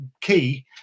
key